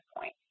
point